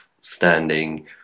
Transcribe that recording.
standing